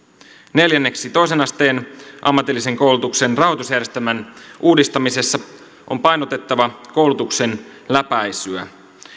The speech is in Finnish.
neljänneksi toisen asteen ammatillisen koulutuksen rahoitusjärjestelmän uudistamisessa on painotettava koulutuksen läpäisyä